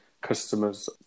customers